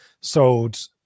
sold